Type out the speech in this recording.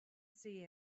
see